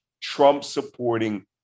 Trump-supporting